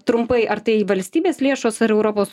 trumpai ar tai valstybės lėšos ar europos